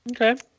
okay